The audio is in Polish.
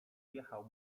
wjechał